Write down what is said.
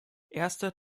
erster